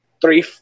three